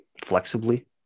flexibly